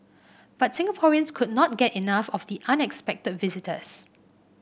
but Singaporeans could not get enough of the unexpected visitors